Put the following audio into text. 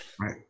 right